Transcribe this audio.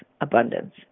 abundance